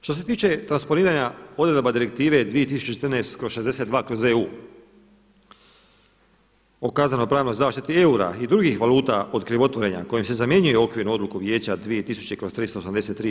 Što se tiče transporiranja odredaba Direktive 2014/62/EU o kazneno-pravnoj zaštiti eura i drugih valuta od krivotvorenja kojim se zamjenjuje okvirnu odluku Vijeća 2000/